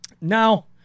Now